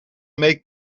make